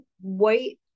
white